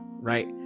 right